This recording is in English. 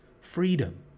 Freedom